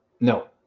no